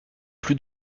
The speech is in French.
plus